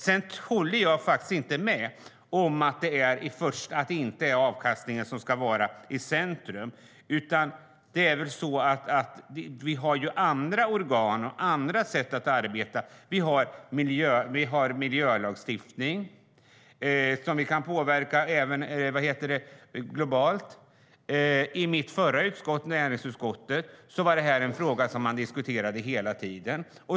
Jag håller faktiskt inte med om att det inte är avkastningen som ska vara i centrum. Vi har ju andra organ och andra sätt att arbeta. Vi har miljölagstiftning som vi kan påverka, även globalt. I mitt förra utskott, näringsutskottet, var det här en fråga som man diskuterade hela tiden.